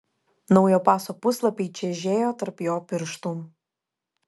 naujo paso puslapiai čežėjo tarp jo pirštų